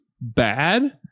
bad